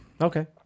Okay